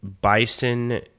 bison